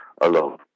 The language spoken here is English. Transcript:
alone